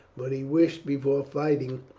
but he wished before fighting